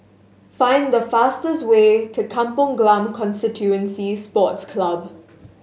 find the fastest way to Kampong Glam Constituency Sports Club